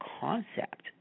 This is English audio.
concept